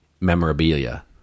memorabilia